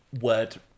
Word